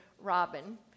Robin